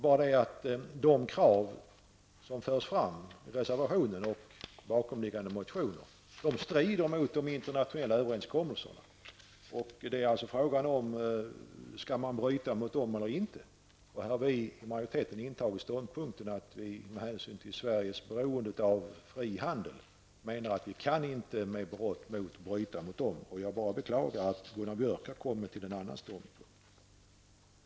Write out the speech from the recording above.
Men de krav som förs fram i reservationen och i bakomliggande motioner strider mot internationella överenskommelser. Det blir alltså fråga om man skall bryta mot dessa eller inte. Här har majoriteten intagit ståndpunkten att vi med hänsyn till Sveriges beroende av fri handel inte kan med berått mod bryta mot dessa överenskommelser. Jag beklagar att Gunnar Björk har kommit till en annan ståndpunkt.